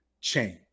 change